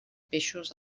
peixos